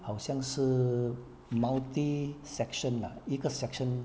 好像是 multi section lah 一个 section